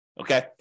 okay